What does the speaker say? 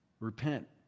repent